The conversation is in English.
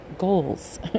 Goals